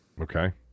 Okay